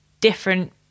different